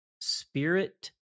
Spirit